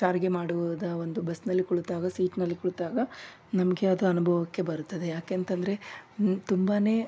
ಸಾರಿಗೆ ಮಾಡುವುದು ಒಂದು ಬಸ್ನಲ್ಲಿ ಕುಳಿತಾಗ ಸೀಟ್ನಲ್ಲಿ ಕುಳಿತಾಗ ನಮಗೆ ಅದು ಅನುಭವಕ್ಕೆ ಬರುತ್ತದೆ ಯಾಕೆ ಅಂತಂದರೆ ತುಂಬಾ